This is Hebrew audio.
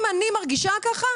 אם אני מרגישה ככה,